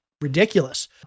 ridiculous